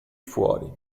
fuori